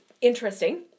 interesting